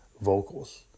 vocals